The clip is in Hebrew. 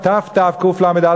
תתקל"א,